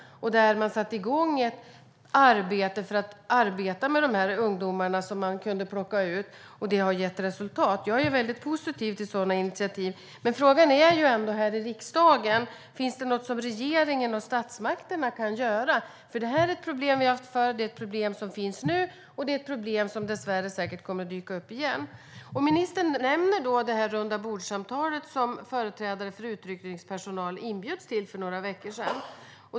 Där satte man igång ett arbete med de här ungdomarna, och det har gett resultat. Jag är positiv till sådana initiativ. Frågan för oss här i riksdagen är dock: Finns det något som regeringen och statsmakterna kan göra? Detta är ett problem som vi har haft förut och som finns nu, och det kommer dessvärre säkert också att dyka upp igen. Ministern nämner det rundabordssamtal som företrädare för utryckningspersonal inbjöds till för några veckor sedan.